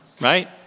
right